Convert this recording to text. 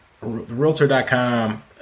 realtor.com